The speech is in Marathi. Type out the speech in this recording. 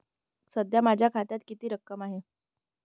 सध्या माझ्या खात्यात किती रक्कम आहे?